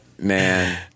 man